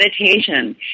meditation